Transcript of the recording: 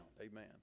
Amen